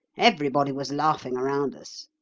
everybody was laughing around us.